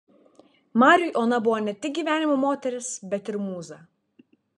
mariui ona buvo ne tik gyvenimo moteris bet ir mūza